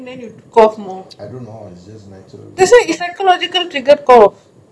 its psychological trigger cough you should change it its in your hand